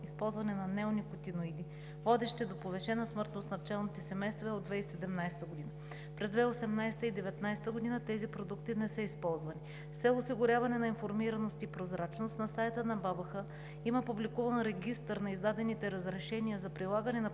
използване на неоникотиноиди, водещи до повишена смъртност на пчелните семейства, е от 2017 г. През 2018 г. и 2019 г. тези продукти не са използвани. С цел осигуряване на информираност и прозрачност на сайта на БАБХ има публикуван регистър на издадените разрешения за прилагане на